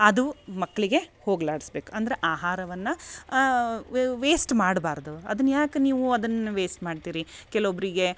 ಅದು ಮಕ್ಕಳಿಗೆ ಹೋಗ್ಲಾಡ್ಸ್ಬೇಕು ಅಂದ್ರ ಆಹಾರವನ್ನ ವೇಸ್ಟ್ ಮಾಡ್ಬಾರದು ಅದನ್ನ ಯಾಕೆ ನೀವು ಅದನ್ನ ವೇಸ್ಟ್ ಮಾಡ್ತಿರಿ ಕೆಲೊಬ್ಬರಿಗೆ